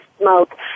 smoke